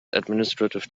administrative